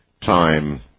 time